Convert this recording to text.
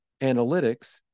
analytics